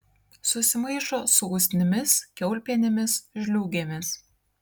susimaišo su usnimis kiaulpienėmis žliūgėmis